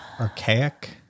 Archaic